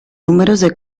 numerose